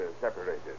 separated